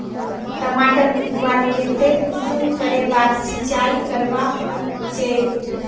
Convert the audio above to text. टमाटर उगवार केते कुंसम करे बार सिंचाई करवा होचए?